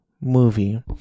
movie